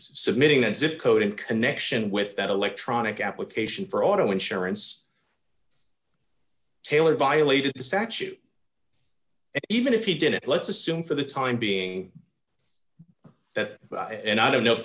submitting a zip code in connection with that electronic application for auto insurance taylor violated the statute even if he did it let's assume for the time being that and i don't know if